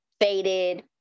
faded